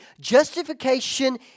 justification